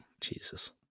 Jesus